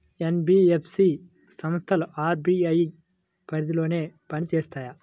NBFC సంస్థలు RBI పరిధిలోనే పని చేస్తాయా?